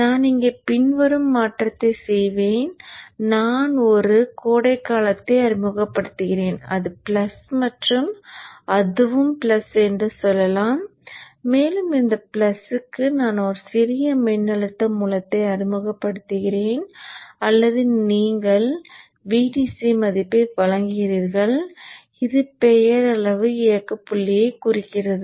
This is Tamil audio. நான் இங்கே பின்வரும் மாற்றத்தைச் செய்வேன் நான் ஒரு கோடைகாலத்தை அறிமுகப்படுத்துகிறேன் அது பிளஸ் மற்றும் அதுவும் பிளஸ் என்று சொல்லலாம் மேலும் இந்த பிளஸுக்கு நான் ஒரு சிறிய மின்னழுத்த மூலத்தை அறிமுகப்படுத்துகிறேன் அல்லது அதற்கு நீங்கள் VDC மதிப்பை வழங்குகிறீர்கள் இது பெயரளவு இயக்கப் புள்ளியைக் குறிக்கிறது